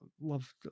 love